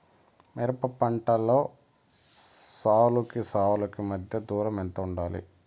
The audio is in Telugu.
మిరప పంటలో సాలుకి సాలుకీ మధ్య దూరం ఎంత వుండాలి?